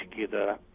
together